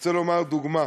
רוצה לתת דוגמה